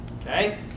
Okay